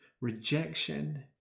rejection